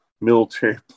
military